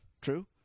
True